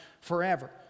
forever